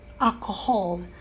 alcohol